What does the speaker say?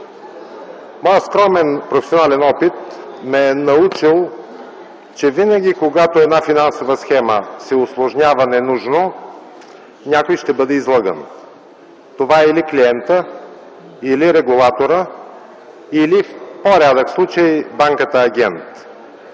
Моят скромен професионален опит ме е научил, че винаги когато една финансова схема се усложнява ненужно, някой ще бъде излъган. Това е или клиентът, или регулаторът, или в по-рядък случай банката-агент.